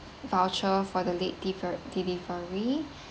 voucher for the late delive~ delivery